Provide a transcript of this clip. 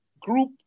group